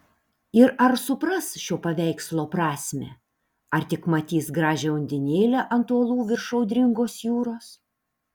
ir ar supras šio paveikslo prasmę ar tik matys gražią undinėlę ant uolų virš audringos jūros